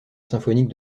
symphonique